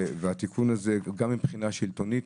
התיקון הזה הוא גם מבחינה שלטונית,